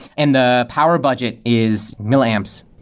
and the power budget is milliamps.